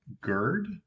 Gerd